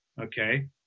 okay